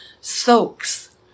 soaks